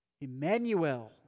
Emmanuel